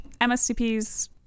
MSCPs